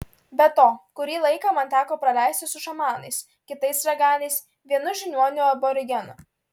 be to kurį laiką man teko praleisti su šamanais kitais raganiais vienu žiniuoniu aborigenu